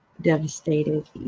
devastated